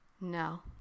No